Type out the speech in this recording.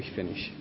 finish